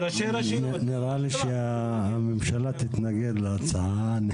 נראה לי שהממשלה תתנגד להצעה.